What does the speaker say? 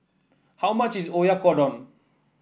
how much is Oyakodon